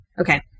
Okay